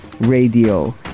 radio